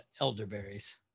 elderberries